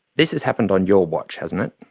this has happened on your watch, hasn't it?